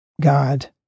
God